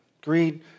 Greed